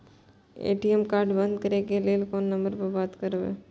ATM card बंद करे के लेल कोन नंबर पर बात करबे?